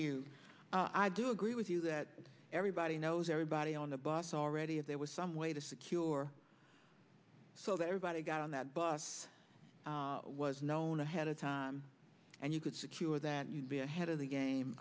you i do agree with you that everybody knows everybody on the bus already if there was some way to see you're so that everybody got on that bus was known ahead of time and you could secure that you'd be ahead of the game